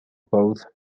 both